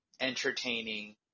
entertaining